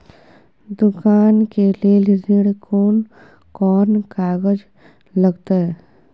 दुकान के लेल ऋण कोन कौन कागज लगतै?